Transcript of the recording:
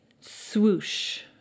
swoosh